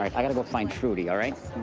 i gotta go find trudy, all right?